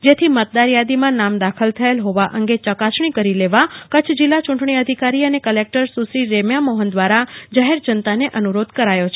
જેથી મતદારયાદીમાં નામ દાખલ થયેલ હોવા અંગે ચકાસણી કરી લેવા કચ્છ જિલ્લા ચુંટણી અધિકારી અને કલેકટર સુશ્રી રેમ્યા મોફન દ્વારાજાહેર જનતાને અનુરોધ કરાયો છે